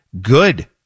good